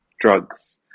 drugs